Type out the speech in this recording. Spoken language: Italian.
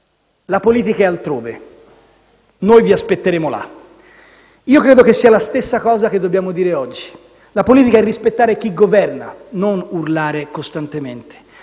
«la politica è altrove, noi vi aspetteremo là». Io credo che sia la stessa cosa che dobbiamo dire oggi. La politica è rispettare chi governa, non urlare costantemente,